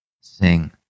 sing